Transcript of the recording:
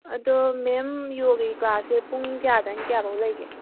ꯑꯗꯣ ꯃꯦꯝ ꯌꯣꯒꯒꯤ ꯀ꯭ꯂꯥꯁꯁꯦ ꯄꯨꯡ ꯀꯌꯥꯗꯩꯅ ꯀꯌꯥꯐꯧ ꯂꯩꯒꯦ